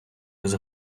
без